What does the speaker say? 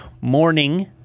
morning